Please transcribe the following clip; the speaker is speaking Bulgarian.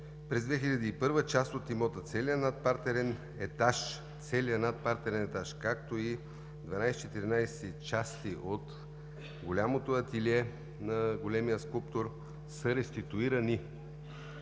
През 2001 г. част от имота – целият надпартерен етаж, както и 12/14 части от голямото ателие на големия скулптор, са реституирани.